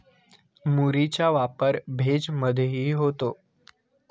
मुरीचा वापर भेज मधेही होतो